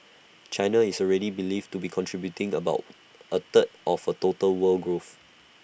China is already believed to be contributing about A third of total world growth